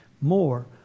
more